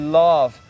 love